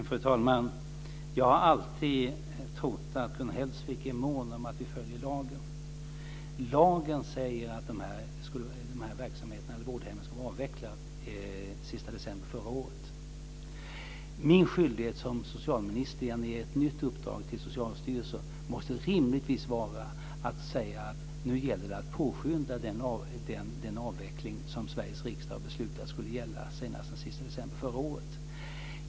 Fru talman! Jag har alltid trott att Gun Hellsvik är mån om att vi följer lagen. Lagen säger att dessa verksamheter eller vårdhem skulle vara avvecklade sista december förra året. Min skyldighet som socialminister när jag ger ett nytt uppdrag till Socialstyrelsen måste rimligtvis vara att säga att det nu gäller att påskynda den avveckling som Sveriges riksdag har beslutat skulle vara genomförd senast den sista december förra året.